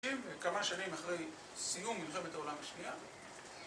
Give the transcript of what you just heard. כמה שנים אחרי סיום מלחמת העולם השנייה